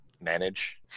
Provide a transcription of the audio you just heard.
manage